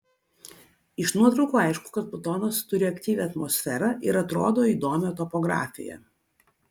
iš nuotraukų aišku kad plutonas turi aktyvią atmosferą ir atrodo įdomią topografiją